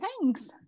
Thanks